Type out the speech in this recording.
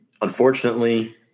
Unfortunately